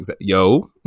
yo